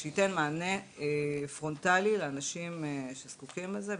שייתן מענה פרונטלי לאנשים שזקוקים לזה,